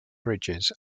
bridges